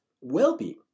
well-being